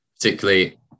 Particularly